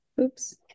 oops